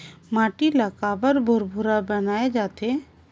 माटी ला काबर भुरभुरा बनाय जाथे?